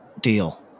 deal